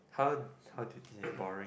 how how do you think it's boring